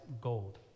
gold